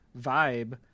vibe